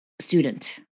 student